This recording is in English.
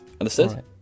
understood